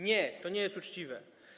Nie, to nie jest uczciwe.